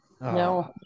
No